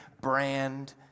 brand